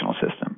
system